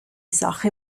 sache